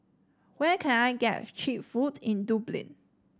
where can I get cheap food in Dublin